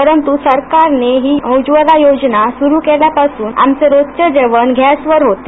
परंतु सरकारने ही उज्ज्वला योजना सुरू केल्यापासून आमचे रोजचे जेवण गॅसवर होते